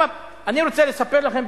אני רוצה לספר לכם,